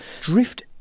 drift